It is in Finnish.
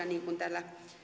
niin kuin täällä